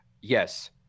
Yes